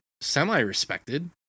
semi-respected